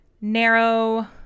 narrow